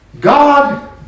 God